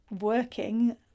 working